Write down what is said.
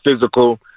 physical